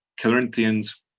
Corinthians